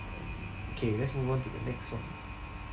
K let's move on to the next [one]